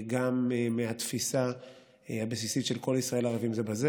גם מהתפיסה הבסיסית של "כל ישראל ערבים זה לזה"